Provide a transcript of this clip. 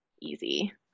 easy